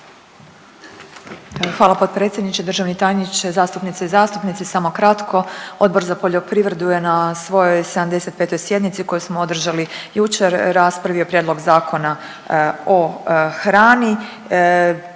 Hvala potpredsjedniče, državni tajniče, zastupnice i zastupnici. Samo kratko. Odbor za poljoprivredu je na svoj 75 sjednici koju smo održali jučer raspravio Prijedlog zakona o hrani.